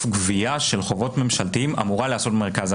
גבייה של חובות ממשלתיים אמורה להיעשות במרכז.